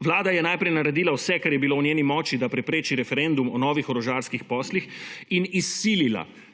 Vlada je najprej naredila se kar je bilo v njeni moči, da prepreči referendum o novih orožarskih poslih in izsilila sprejetje